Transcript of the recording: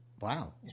wow